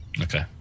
Okay